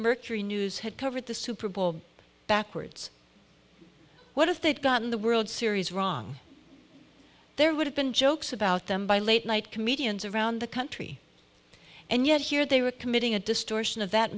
mercury news had covered the super bowl backwards what if they'd gotten the world series wrong there would have been jokes about them by late night comedians around the country and yet here they were committing a distortion of that